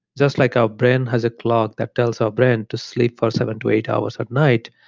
just like our brain has a clock that tells our brain to sleep for seven to eight hours at night,